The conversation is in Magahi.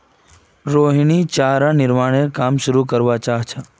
रोहिणी चारा निर्मानेर व्यवसाय शुरू करवा चाह छ